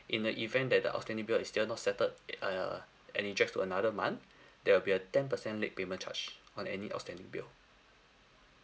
in the event that the outstanding bill is still not settled uh and it drags to another month there will be a ten percent late payment charge on any outstanding bill